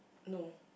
no